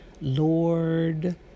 Lord